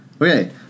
Okay